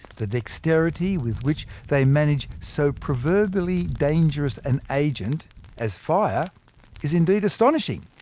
the dexterity with which they manage so proverbially dangerous an agent as fire is indeed astonishing.